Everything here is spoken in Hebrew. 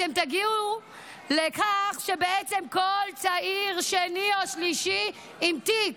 אתם תגיעו לכך שבעצם כל צעיר שני או שלישי הוא עם תיק.